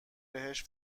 بهش